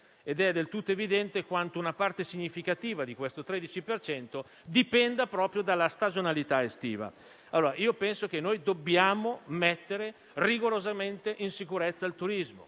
È del tutto evidente quanto una parte significativa di questo 13 per cento dipenda proprio dalla stagionalità estiva. Penso quindi che dobbiamo mettere rigorosamente in sicurezza il turismo.